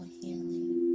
healing